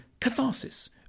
catharsis